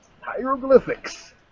hieroglyphics